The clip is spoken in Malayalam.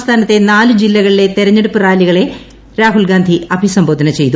സ്ംസ്ഥാനത്തെ നാലു ജില്ലകളിലെ തെരഞ്ഞെടുപ്പ് റാലികളെ രാഹുൽ ഗാന്ധി അഭിസംബോധന ചെയ്തു